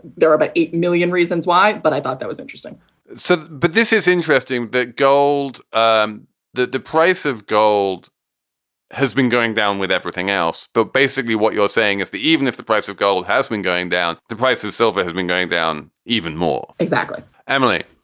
there are about eight million reasons why. but i thought that was interesting so but this is interesting that gold um that the price of gold has been going down with everything else but basically what you're saying is that even if the price of gold has been going down, the price of silver has been going down even more. exactly emily,